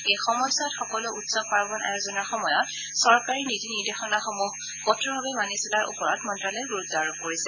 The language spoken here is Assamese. এই সময়ছোৱাত সকলো উৎসৱ পাৰ্বন আয়োজনৰ সময়ত চৰকাৰী নীতি নিৰ্দেশনাসমূহ কঠোৰভাৱে মানি চলাৰ ওপৰত মন্তালয়ে গুৰুত্ব আৰোপ কৰিছে